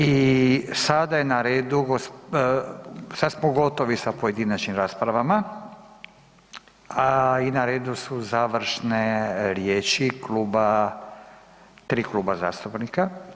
I sada je na redu, sad smo gotovi sa pojedinačnim raspravama i na redu su završne riječi kluba, tri kluba zastupnika.